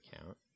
account